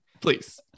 please